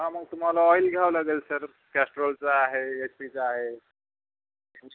हा मग तुम्हाला ऑईल घ्यावं लागेल सर कॅस्ट्रॉलचा आहे एच पीचं आहे